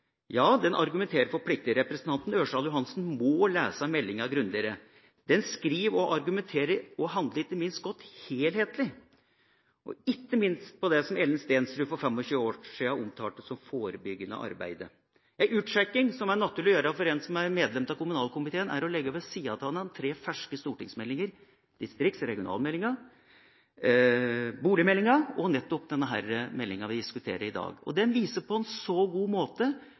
Ja, den argumenterer for plikter. Representanten Ørsal Johansen må lese meldinga grundigere. Den beskriver, argumenterer for og handler ikke minst om helhet og om det Ellen Stensrud for 25 år siden omtalte som forebyggende arbeid. En utsjekking som er naturlig å gjøre for en som er medlem av kommunalkomiteen, er å legge ved siden av hverandre tre ferske stortingsmeldinger: distrikts- og regionalmeldinga, boligmeldinga og den meldinga vi diskuterer i dag. Den viser på en god måte